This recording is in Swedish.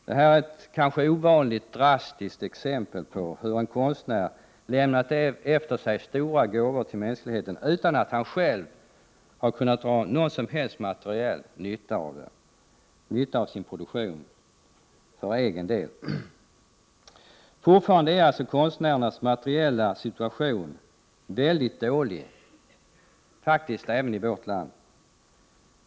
Det här är ett ovanligt drastiskt exempel på hur en konstnär lämnat efter sig stora gåvor till mänskligheten utan att han själv har kunnat dra någon som helst materiell nytta av sin produktion för egen del. Fortfarande är konstnärernas materiella situation mycket dålig, faktiskt även i vårt land.